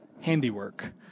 handiwork